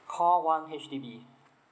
call one H_D_B